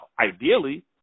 ideally